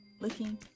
looking